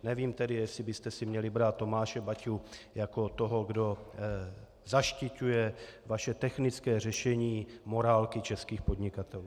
Nevím tedy, jestli byste si měli brát Tomáše Baťu jako toho, kdo zaštiťuje vaše technické řešení morálky českých podnikatelů.